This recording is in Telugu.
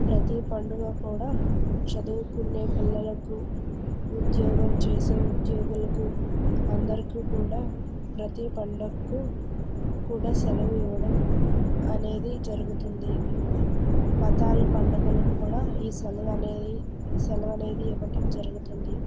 ప్రతి పండుగ కూడా చదువుకునే పిల్లలకు ఉద్యోగం చేసే ఉద్యోగులకు అందరికి కూడా ప్రతి పండక్కు కూడా సెలవు ఇవ్వడం అనేది జరుగుతుంది మతాలు పండుగలు కూడా ఈ సెలవు అనేది ఈ సెలవు అనేది ఇవ్వటం జరుగుతుంది